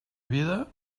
vida